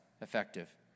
effective